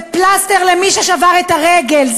זה פלסטר למי ששבר את הרגל.